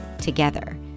Together